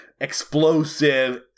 explosive